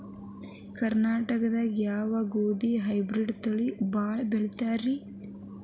ಕರ್ನಾಟಕದಾಗ ಯಾವ ಗೋಧಿ ಹೈಬ್ರಿಡ್ ತಳಿ ಭಾಳ ಬಳಸ್ತಾರ ರೇ?